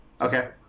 Okay